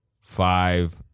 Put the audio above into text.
five